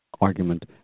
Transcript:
argument